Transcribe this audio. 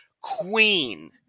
queen